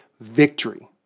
victory